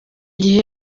gihe